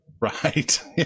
Right